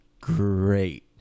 great